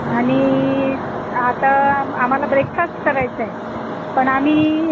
आणि आता आम्हाला ब्रेकफास्ट करायचा आहे पण आम्ही